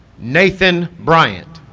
nathan bryant